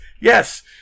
yes